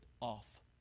off